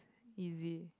easy